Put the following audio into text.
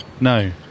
No